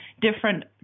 different